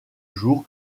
jour